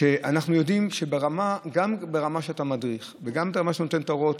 שאנחנו יודעים שגם ברמה שאתה מדריך וגם ברמה שאתה נותן את ההוראות,